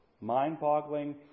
mind-boggling